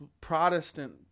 Protestant